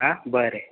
आ बरें